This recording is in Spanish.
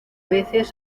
veces